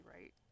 right